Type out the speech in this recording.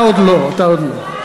אתה עוד לא, אתה עוד לא.